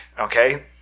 okay